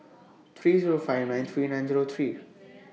three Zero five nine three nine Zero three